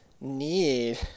need